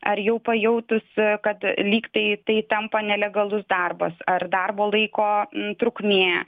ar jau pajautusi kad lyg tai tai tampa nelegalus darbas ar darbo laiko trukmė